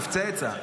ינון,